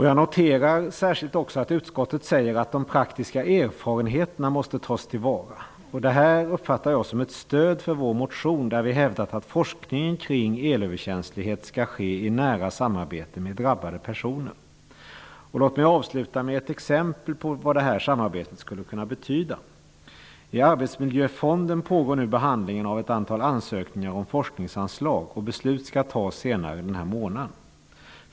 Jag noterar särskilt att utskottet säger att de praktiska erfarenheterna måste tas till vara. Det uppfattar jag som ett stöd för vår motion, där vi hävdat att forskningen kring elöverkänslighet skall ske i nära samarbete med drabbade personer. Låt mig avsluta med ett exempel på vad samarbetet skulle kunna betyda. I Arbetsmiljöfonden pågår nu behandlingen av ett antal ansökningar om forskningsanslag. Beslut skall fattas senare denna månad.